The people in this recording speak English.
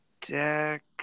deck